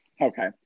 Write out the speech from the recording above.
Okay